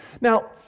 Now